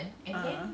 a'ah